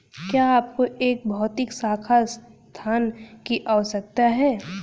क्या आपको एक भौतिक शाखा स्थान की आवश्यकता है?